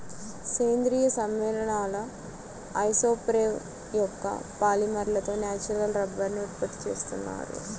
సేంద్రీయ సమ్మేళనాల ఐసోప్రేన్ యొక్క పాలిమర్లతో న్యాచురల్ రబ్బరుని ఉత్పత్తి చేస్తున్నారు